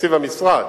תקציב המשרד,